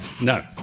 no